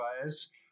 players